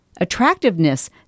Attractiveness